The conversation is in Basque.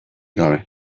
gabe